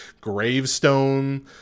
gravestone